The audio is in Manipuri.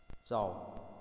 ꯆꯥꯎ